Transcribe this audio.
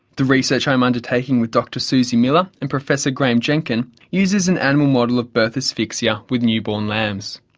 the research i'm undertaking with dr suzie miller and professor graham jenkin uses an animal model of birth asphyxia with newborn lambs.